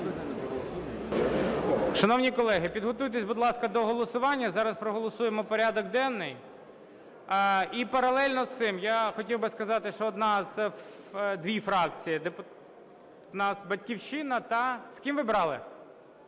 Шановні колеги, підготуйтесь, будь ласка, до голосування. Зараз проголосуємо порядок денний. І паралельно з цим я хотів би сказати, що одна… дві фракції – "Батьківщина" та... З ким ви брали?